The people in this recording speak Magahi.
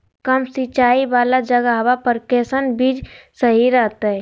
कम सिंचाई वाला जगहवा पर कैसन बीज सही रहते?